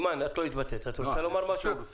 אימאן, את לא התבטאת, את רוצה לומר משהו?